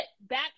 back